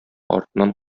артыннан